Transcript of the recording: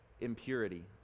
impurity